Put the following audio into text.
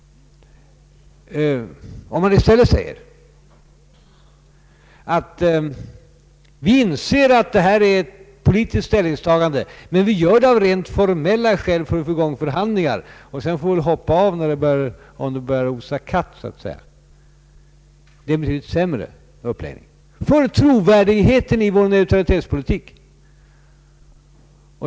Om vi i stället säger att vi inser att detta är ett politiskt ställningstagande, men ändå söker medlemskap av rent formella skäl för att få i gång förhandlingar — för att sedan hoppa av om det börjar osa katt — är det en betydligt sämre uppläggning vad beträffar trovärdigheten i vår neutralitetspolitik.